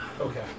Okay